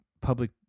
public